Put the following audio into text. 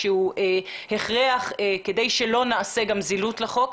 נושא שהוא הכרחי כדי שלא נעשה זילות לחוק.